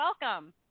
welcome